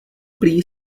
prý